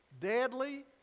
deadly